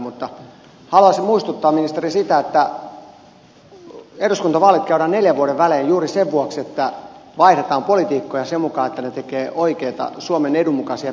mutta haluaisin muistuttaa ministeri siitä että eduskuntavaalit käydään neljän vuoden välein juuri sen vuoksi että vaihdetaan poliitikkoja sen mukaan että he tekevät oikeita suomen edun mukaisia päätöksiä